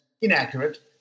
inaccurate